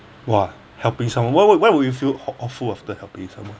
!wah! helping someone why why would you feel aw~ awful after helping someone